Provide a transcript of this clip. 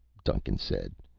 duncan said.